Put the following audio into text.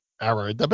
era